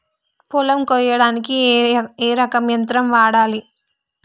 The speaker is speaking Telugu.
పొలం కొయ్యడానికి ఏ రకం యంత్రం వాడాలి?